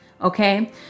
Okay